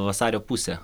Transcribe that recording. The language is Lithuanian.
vasario pusė